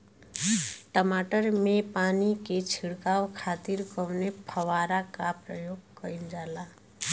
टमाटर में पानी के छिड़काव खातिर कवने फव्वारा का प्रयोग कईल जाला?